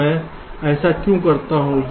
तो मैं ऐसा क्यों करता हूँ